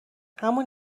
همون